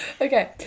Okay